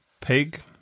pig